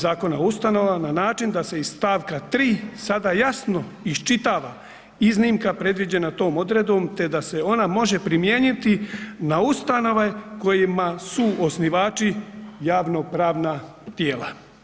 Zakona o ustanovama na način da se iz st. 3. sada jasno iščitava iznimka predviđena tom odredbom, te da se ona može primijeniti na ustanove kojima su osnivači javnopravna tijela.